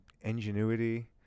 ingenuity